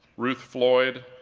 ruth floyd,